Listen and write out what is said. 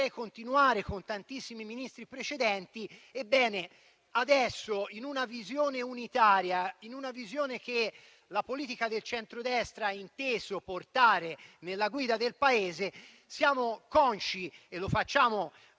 continuare con tantissimi altri precedessori. Ebbene, adesso, in una visione unitaria, che la politica del centrodestra ha inteso portare nella guida del Paese, siamo consci - e ribadisco